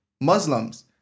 Muslims